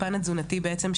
הפן התזונתי בעצם,